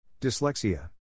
Dyslexia